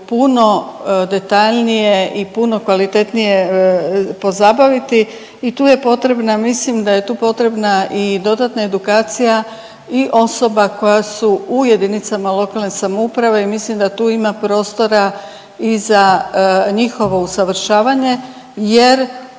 puno detaljnije i puno kvalitetnije pozabaviti i tu je potrebna, mislim da je tu potrebna i dodatna edukacija i osoba koja su u JLS i mislim da tu ima prostora i za njihovo usavršavanje jer